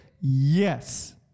yes